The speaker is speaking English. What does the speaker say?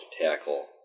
tackle